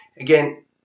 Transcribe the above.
Again